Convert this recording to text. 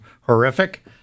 horrific